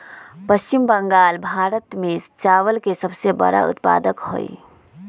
पश्चिम बंगाल भारत में चावल के सबसे बड़ा उत्पादक हई